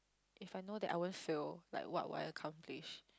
if I know that I won't fail like what would I accomplish